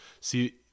See